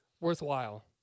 worthwhile